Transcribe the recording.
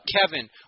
Kevin